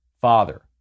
Father